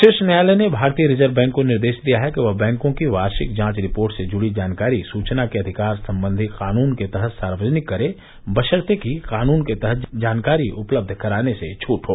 शीर्ष न्यायालय ने भारतीय रिजर्व बैंक को निर्देश दिया है कि वह बैंको की वार्षिक जांच रिपोर्ट से जुड़ी जानकारी सूचना के अधिकार संबंधी कानून के तहत सार्वजनिक करें बशर्त कि कानून के तहत जानकारी उपलब्ध कराने से छूट हो